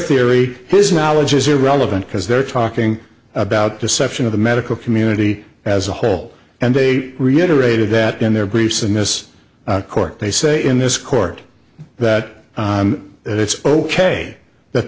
theory this knowledge is irrelevant because they're talking about deception of the medical community as a whole and they reiterated that in their briefs and miss corke they say in this court that it's ok that